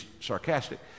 sarcastic